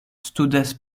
studas